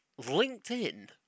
LinkedIn